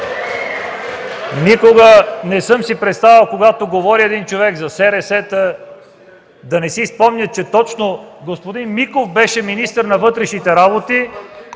Никога не съм си представял един човек, когато говори за СРС та, да не си спомня, че точно господин Миков беше министър на вътрешните работи,